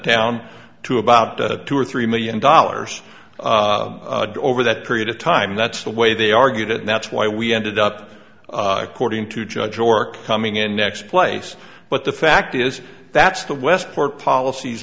down to about two or three million dollars over that period of time that's the way they argued and that's why we ended up according to judge or coming in next place but the fact is that's the westport policies